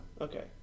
Okay